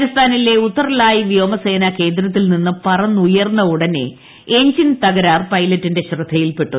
രാജസ്ഥാനിലെ ഉത്തർലായി വ്യോമസേനാ കേന്ദ്രത്തിൽ നിന്ന് വിമാനം പറന്നുയർന്ന ഉടനെ എഞ്ചിൻ തകരാർ പൈലറ്റിന്റെ ശ്രദ്ധയിൽപ്പെട്ടു